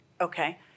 Okay